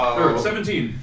Seventeen